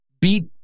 beat